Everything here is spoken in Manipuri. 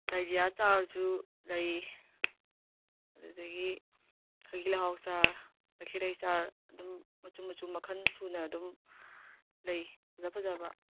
ꯗꯥꯏꯔꯤꯌꯥ ꯆꯥꯔꯥꯁꯨ ꯂꯩ ꯑꯗꯨꯗꯒꯤ ꯈꯥꯒꯤ ꯂꯩꯍꯥꯎ ꯆꯥꯔꯥ ꯇꯈꯦꯂꯩ ꯆꯥꯔꯥ ꯑꯗꯨꯝ ꯃꯆꯨ ꯃꯆꯨ ꯃꯈꯜ ꯁꯨꯅ ꯑꯗꯨꯝ ꯂꯩ ꯐꯖ ꯐꯖꯕ